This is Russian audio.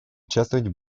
участвовать